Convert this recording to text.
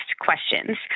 questions